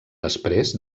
després